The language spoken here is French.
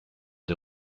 des